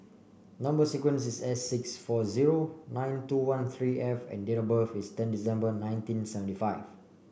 number sequence is S six four zero nine two one three F and date of birth is ten December nineteen seventy five